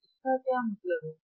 इसका क्या मतलब है